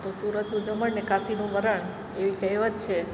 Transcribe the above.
તો સુરતનું જમણ અને કાશીનું મરણ એવી કહેવત છે